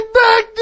back